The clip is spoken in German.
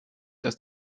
dass